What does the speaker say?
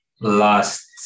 last